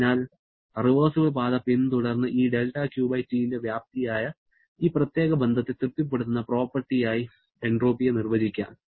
അതിനാൽ റിവേർസിബിൾ പാത പിന്തുടർന്ന് ഈ 'δQT' ന്റെ വ്യാപ്തിയായ ഈ പ്രത്യേക ബന്ധത്തെ തൃപ്തിപ്പെടുത്തുന്ന പ്രോപ്പർട്ടി ആയി എൻട്രോപ്പിയെ നിർവചിക്കാം